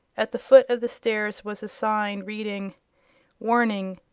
at the foot of the stairs was a sign reading warning.